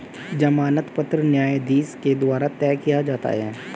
जमानत पत्र न्यायाधीश के द्वारा तय किया जाता है